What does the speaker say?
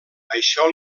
això